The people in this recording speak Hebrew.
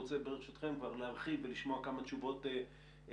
ברשותכם הייתי רוצה להרחיב ולשמוע כמה תשובות כלליות.